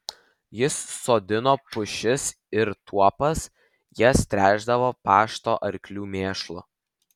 jis sodino pušis ir tuopas jas tręšdavo pašto arklių mėšlu